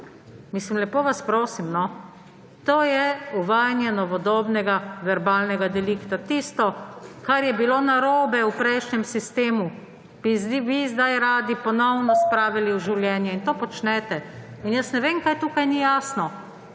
Lepo vas prosim! To je uvajanje novodobnega verbalnega delikta. Tisto, kar je bilo narobe v prejšnjem sistemu, bi vi zdaj radi ponovno spravili v življenje, in to počnete. Jaz ne vem, kaj tukaj ni jasno.